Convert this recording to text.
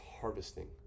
harvesting